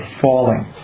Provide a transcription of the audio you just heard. falling